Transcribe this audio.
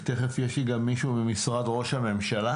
ותיכף יש לי גם מישהו ממשרד ראש הממשלה